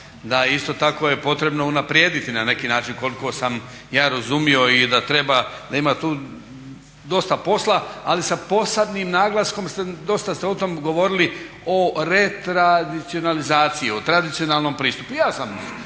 da isto tako je potrebno unaprijediti na neki način koliko sam ja razumio i da treba, da ima tu dosta posla ali sa posebnim naglaskom ste dosta ste o tom govorili o retradicionalizaciji o tradicionalnom pristupu.